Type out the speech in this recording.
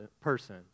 person